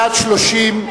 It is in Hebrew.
בעד, 30,